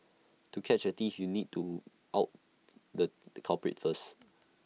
to catch A thief you need to out the culprit first